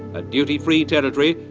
a duty-free territory,